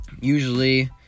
Usually